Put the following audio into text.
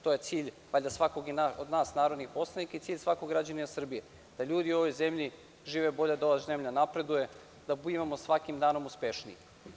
To je cilj valjda svakog od nas narodnih poslanika i cilj svakog građanina Srbije da ljudi u ovoj zemlji žive bolje, da ova zemlja napreduje, da budemo svakim danom uspešniji.